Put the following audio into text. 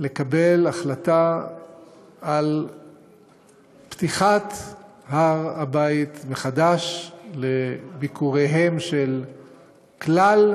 לקבל החלטה על פתיחת הר הבית מחדש לביקוריהם של כלל